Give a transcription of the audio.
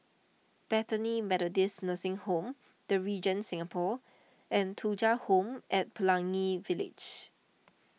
Bethany Methodist Nursing Home the Regent Singapore and Thuja Home at Pelangi Village